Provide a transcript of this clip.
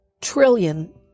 trillion